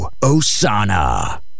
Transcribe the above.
Osana